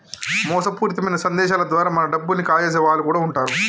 మోసపూరితమైన సందేశాల ద్వారా మన డబ్బుల్ని కాజేసే వాళ్ళు కూడా వుంటరు